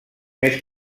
més